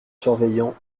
surveillants